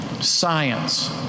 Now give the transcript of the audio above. Science